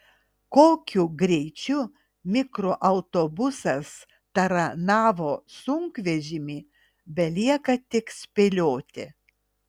kokiu greičiu mikroautobusas taranavo sunkvežimį belieka tik spėlioti